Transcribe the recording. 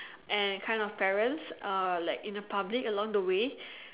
and kind of parents uh like in the public along the way